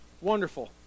Wonderful